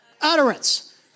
utterance